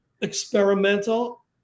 experimental